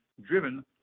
driven